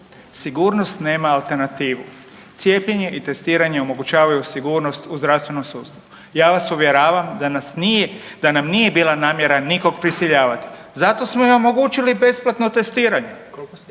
sigurnost nema alternativu. Cijepljenje i testiranje omogućavaju sigurnost u zdravstvenom sustavu. Ja vas uvjeravam da nas nije, da nam nije bila namjera nikog prisiljavati. Zato smo i omogućili besplatno testiranje,